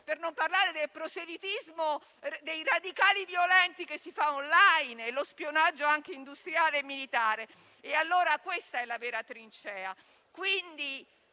per non parlare del proselitismo dei radicali violenti che si fa *online* e dello spionaggio industriale e militare. Questa è la vera trincea.